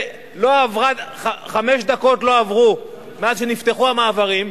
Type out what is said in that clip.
לא עברו חמש דקות מאז נפתחו המעברים,